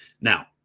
Now